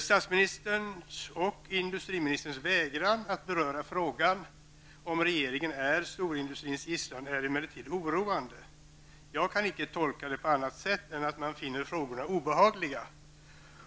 Statsministern och industriministerns vägran att beröra frågan om regeringen är storindustrins gisslan är emellertid oroande. Jag kan inte tolka det på annat sätt än att man finner frågorna obehagliga.